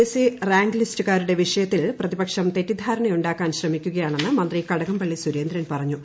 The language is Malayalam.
എസ്സി റാങ്ക് ലിസ്റ്റുകാരുടെ വിഷയത്തിൽ പ്രതിപക്ഷം തെറ്റിധാർണ്ട്യു്ണ്ടാക്കാൻ ശ്രമിക്കുകയാണെന്ന് മന്ത്രി കടകംപള്ളി സുര്ർേന്ദ്രൻ പറഞ്ഞു